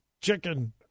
chicken